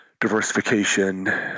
diversification